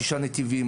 שישה נתיבים,